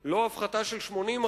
בעניין, לא הפחתה של 80%,